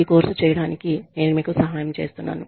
ఈ కోర్సు చేయడానికి నేను మీకు సహాయం చేస్తున్నాను